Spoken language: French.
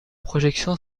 projection